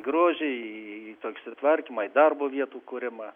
grožiai apsitvarkymai darbo vietų kūrimą